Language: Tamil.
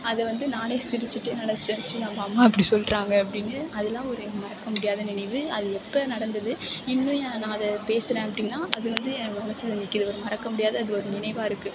அதை வந்து நானே சிரிச்சுட்டு நெனைச்சு நெனைச்சு நம்ம அம்மா இப்படி சொல்கிறாங்க அப்படின்னு அதலாம் ஒரு மறக்க முடியாத நினைவு அது எப்போ நடந்தது இன்னும் ஏன் நான் அதை பேசுகிறேன் அப்படின்னா அது வந்து என் மனசில் நிற்கிற ஒரு மறக்க முடியாத அது ஒரு நினைவாக இருக்குது